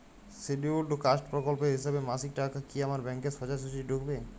Scheduled caste প্রকল্পের হিসেবে মাসিক টাকা কি আমার ব্যাংকে সোজাসুজি ঢুকবে?